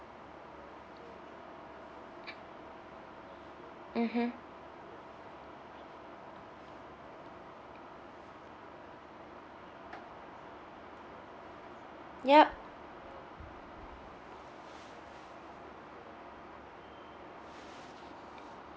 mmhmm ya